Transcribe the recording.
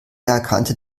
erkannte